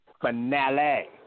finale